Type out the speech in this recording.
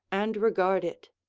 and regard it.